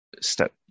step